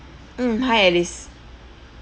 mm hi alice